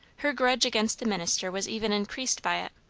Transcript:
her grudge against the minister was even increased by it,